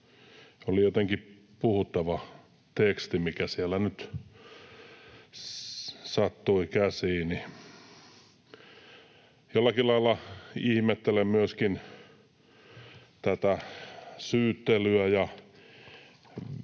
oli jotenkin puhuttava teksti, mikä nyt sattui käsiini. Jollakin lailla ihmettelen myöskin tätä syyttelyä: